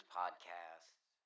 podcasts